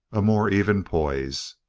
a more even poise.